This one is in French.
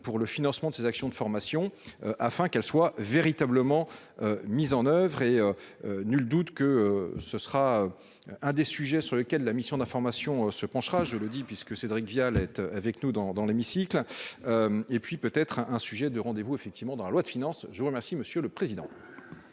pour le financement de ces actions de formation. Afin qu'elle soit véritablement. Mis en oeuvre et. Nul doute que ce sera. Un des sujets sur lesquels la mission d'information se penchera, je le dis puisque Cédric Vial être avec nous dans, dans l'hémicycle. Et puis peut être un sujet de rendez-vous effectivement dans la loi de finances, je vous remercie monsieur le président.